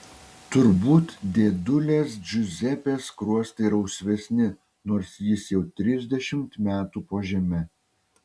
turbūt dėdulės džiuzepės skruostai rausvesni nors jis jau trisdešimt metų po žeme